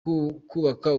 kubaka